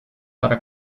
para